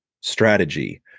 strategy